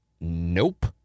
nope